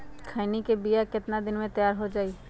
खैनी के बिया कितना दिन मे तैयार हो जताइए?